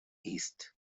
east